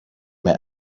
mehr